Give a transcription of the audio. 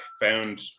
found